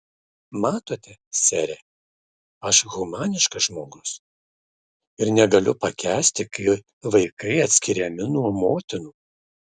matote sere aš humaniškas žmogus ir negaliu pakęsti kai vaikai atskiriami nuo motinų